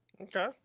okay